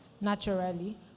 naturally